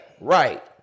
Right